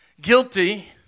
Guilty